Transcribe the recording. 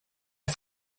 est